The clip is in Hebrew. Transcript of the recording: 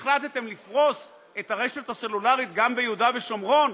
אם החלטתם לפרוס את הרשת הסלולרית גם ביהודה ושומרון,